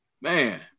Man